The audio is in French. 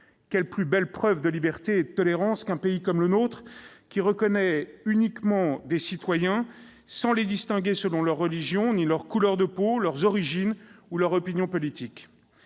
Quelle plus belle preuve de liberté et de tolérance qu'un pays comme le nôtre, qui reconnaît uniquement des citoyens, sans les distinguer selon leur religion, ni leur couleur de peau, leurs origines ou leurs opinions politiques